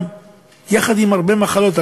יחד עם הרבה מחלות,